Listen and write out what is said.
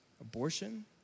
Abortion